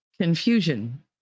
confusion